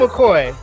McCoy